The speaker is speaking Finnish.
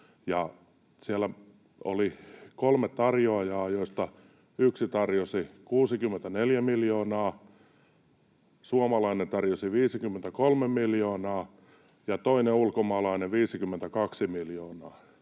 siellä oli kolme tarjoajaa, joista yksi tarjosi 64 miljoonaa, suomalainen tarjosi 53 miljoonaa ja toinen ulkomaalainen 52 miljoonaa.